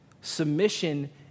Submission